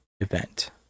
event